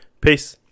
Peace